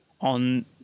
on